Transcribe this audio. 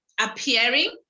appearing